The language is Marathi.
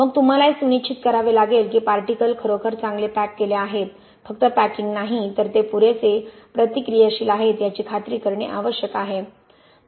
मग तुम्हाला हे सुनिश्चित करावे लागेल की पार्टिकलखरोखर चांगले पॅक केले आहेत फक्त पॅकिंग नाही तर ते पुरेसे प्रतिक्रियाशील आहेत याची खात्री करणे आवश्यक आहे